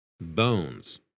Bones